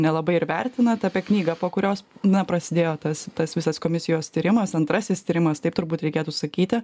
nelabai ir vertinat apie knygą po kurios na prasidėjo tas tas visas komisijos tyrimas antrasis tyrimas taip turbūt reikėtų sakyti